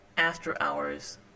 after-hours